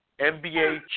NBA